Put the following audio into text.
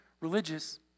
religious